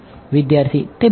વિદ્યાર્થી તે b હશે